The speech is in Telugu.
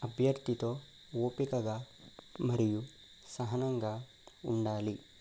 అభ్యర్థితో ఓపికగా మరియు సహనంగా ఉండాలి